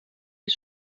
est